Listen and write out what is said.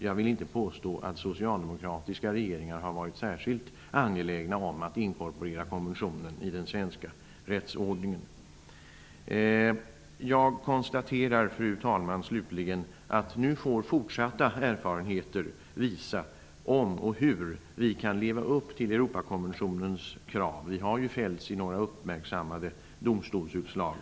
Jag vill inte påstå att socialdemokratiska regeringar har varit särskilt angelägna om att inkorporera konventionen i den svenska rättsordningen. Jag konstaterar slutligen, fru talman, att fortsatta erfarenheter får visa om och hur vi kan leva upp till Europakonventionens krav. Vi har ju fällts i några uppmärksammade domstolsutslag.